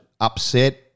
upset